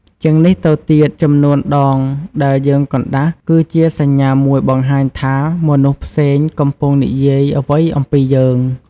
ជាងនេះទៅទៀត ចំនួនដងដែលយើងកណ្តាស់ គឺជាសញ្ញាមួយបង្ហាញថាមនុស្សផ្សេងកំពុងនិយាយអ្វីអំពីយើង។